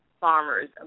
Farmer's